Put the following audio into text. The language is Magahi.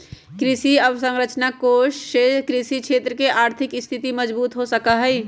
कृषि अवसरंचना कोष से कृषि क्षेत्र के आर्थिक स्थिति मजबूत हो सका हई